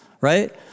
right